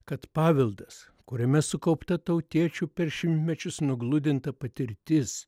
kad paveldas kuriame sukaupta tautiečių per šimtmečius nugludinta patirtis